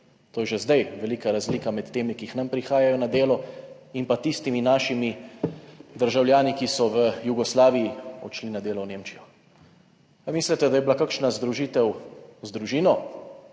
To je že zdaj velika razlika med temi, ki k nam prihajajo na delo in pa tistimi našimi državljani, ki so v Jugoslaviji odšli na delo v Nemčijo. Ali mislite, da je bila kakšna združitev z družino?